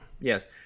Yes